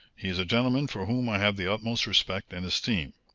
he is a gentleman for whom i have the utmost respect and esteem.